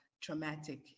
traumatic